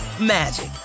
magic